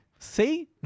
See